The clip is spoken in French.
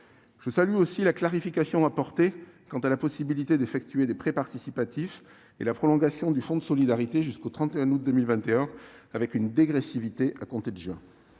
Je salue la clarification apportée quant à la possibilité d'effectuer des prêts participatifs, et la prorogation du fonds de solidarité jusqu'au 31 août 2021, une dégressivité de son